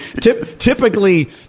typically